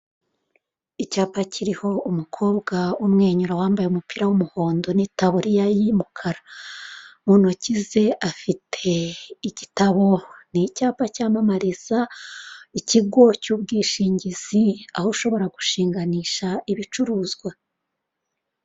Icyapa kiriho umukobwa umwenyura wambaye umupira w'umuhondo n'itaburiya ye y'umukara mu ntoki ze afite igitabo. Ni icyapa cyamamariza ikigo cy'ubwishingizi aho ushobora gushinganisha ibicuruzwa.